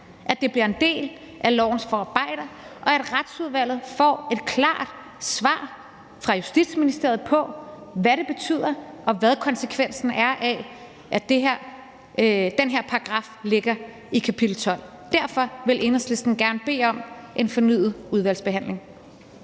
at det bliver en del af lovens forarbejder, og at Retsudvalget får et klart svar fra Justitsministeriet på, hvad det betyder, og hvad konsekvensen er af, at den her paragraf ligger i kapitel 12. Derfor vil Enhedslisten gerne bede om en fornyet udvalgsbehandling.